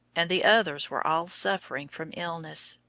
and the others were all suffering from illness,